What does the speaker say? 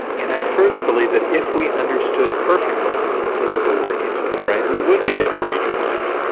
and i further believe that if we understood perfectly the physical workings of the brain we would be able to read your mind,